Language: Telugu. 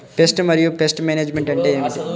పెస్ట్ మరియు పెస్ట్ మేనేజ్మెంట్ అంటే ఏమిటి?